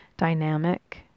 dynamic